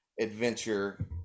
adventure